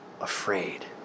afraid